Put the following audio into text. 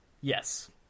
Yes